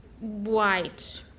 white